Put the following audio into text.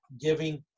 giving